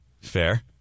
Fair